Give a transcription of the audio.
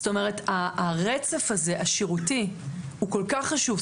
זאת אומרת הרצף הזה, השירותי, הוא כל כך חשוב.